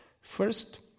First